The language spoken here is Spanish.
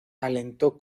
alentó